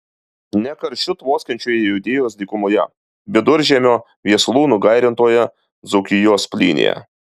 ne karščiu tvoskiančioje judėjos dykumoje viduržiemio viesulų nugairintoje dzūkijos plynėje